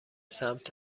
سمت